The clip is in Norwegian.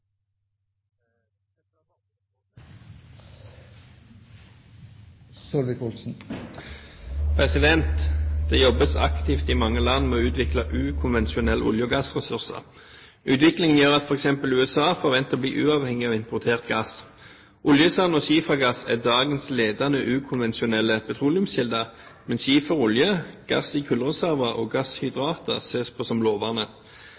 gassressurser. Utviklingen gjør at f.eks. USA forventer å bli uavhengig av importert gass. Oljesand og skifergass er dagens ledende ukonvensjonelle petroleumskilder, men skiferolje, gass i kullreserver og gasshydrater sees på som